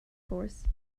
course